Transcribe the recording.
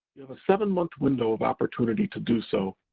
you have a seven month window of opportunity to do so,